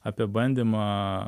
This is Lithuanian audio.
apie bandymą